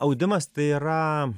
audimas tai yra